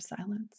silence